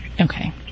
Okay